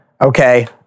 Okay